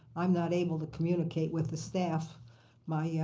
i'm not able to communicate with the staff my yeah